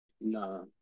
No